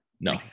No